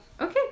Okay